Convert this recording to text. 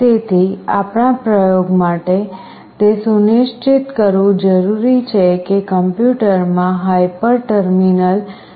તેથી આપણા પ્રયોગ માટે તે સુનિશ્ચિત કરવું જરૂરી છે કે કમ્પ્યુટરમાં હાયપર ટર્મિનલ ઇન્સ્ટોલ કરેલું છે